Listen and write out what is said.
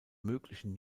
möglichen